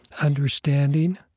understanding